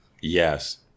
Yes